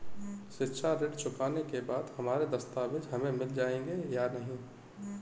शिक्षा ऋण चुकाने के बाद हमारे दस्तावेज हमें मिल जाएंगे या नहीं?